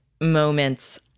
moments